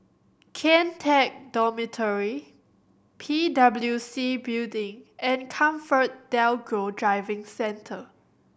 Kian Teck Dormitory P W C Building and ComfortDelGro Driving Centre